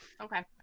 Okay